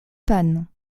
panne